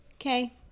Okay